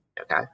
Okay